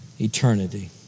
eternity